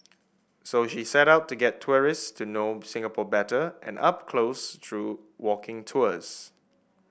so she set out to get tourists to know Singapore better and up close through walking tours